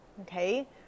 Okay